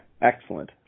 excellent